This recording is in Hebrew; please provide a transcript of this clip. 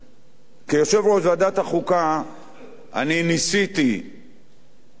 כיושב-ראש ועדת החוקה אני ניסיתי לא מעט,